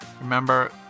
remember